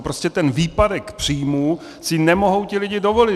Prostě ten výpadek příjmů si nemohou ti lidé dovolit.